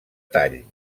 tall